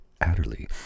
Adderley